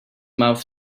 mouth